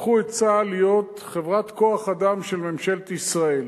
הפכו את צה"ל להיות חברת כוח-אדם של ממשלת ישראל.